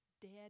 Dead